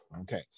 Okay